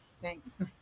thanks